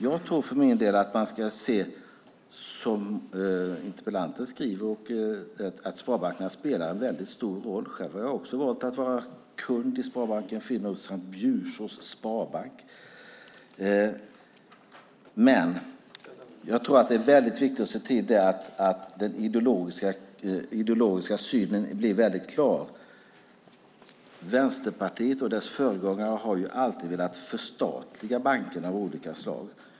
Jag för min del tror, precis som interpellanten, att sparbankerna spelar en stor roll. Också jag har valt att vara kund i sparbanken, i Bjursås sparbank. Det är viktigt att se till att den ideologiska synen blir tydlig. Vänsterpartiet och dess föregångare har alltid velat förstatliga banker av olika slag.